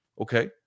Okay